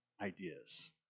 ideas